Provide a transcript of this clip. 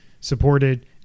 supported